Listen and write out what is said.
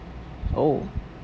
oh